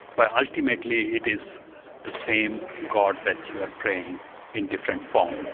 but ultimately it is the same god that you are praying in different form.